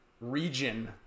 region